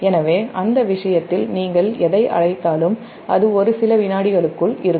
எனவே அந்த விஷயத்தில் நீங்கள் எதை அழைத்தாலும் அது ஒரு சில வினாடிகளுக்குள் இருக்கும்